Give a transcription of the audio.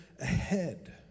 ahead